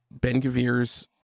Ben-Gavir's